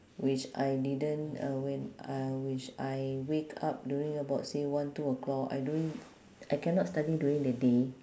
which I didn't uh when I which I wake up during about say one two o'clock I during I cannot study during the day